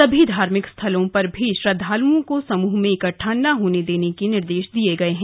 सभी धार्मिक स्थलों पर भी श्रद्धाल्ओं को सम्ह में इकट्ठा न होने देने के निर्देश दिये गए हैं